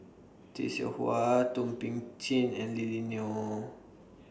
Tay Seow Huah Thum Ping Tjin and Lily Neo